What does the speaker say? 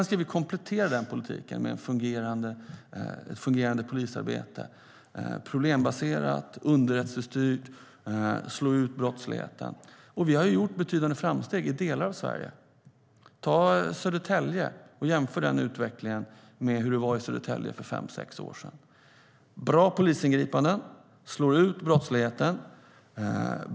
Vi ska också komplettera den politiken med ett fungerande polisarbete. Det ska vara problembaserat, underrättelsestyrt och slå ut brottsligheten. Vi har gjort betydande framsteg i delar av Sverige. Titta på utvecklingen i Södertälje och jämför med hur det var där för fem sex år sedan. Bra polisingripanden slår ut brottsligheten.